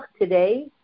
today